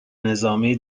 نظامی